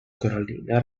corallina